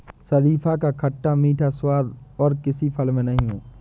शरीफा का खट्टा मीठा स्वाद और किसी फल में नही है